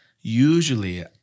usually